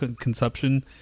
consumption